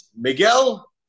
Miguel